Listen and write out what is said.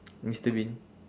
mister bean